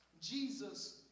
Jesus